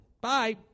Bye